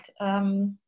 Right